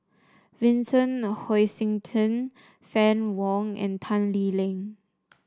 Vincent Hoisington Fann Wong and Tan Lee Leng